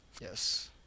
Yes